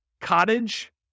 Cottage